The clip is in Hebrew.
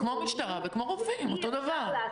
כמו משטרה וכמו רופאים, אותו דבר.